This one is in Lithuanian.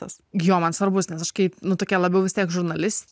tas jo man svarbus nes aš kaip nu tokia labiau vis tiek žurnalistė